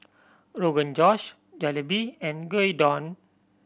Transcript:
Rogan Josh Jalebi and Gyudon